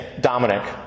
Dominic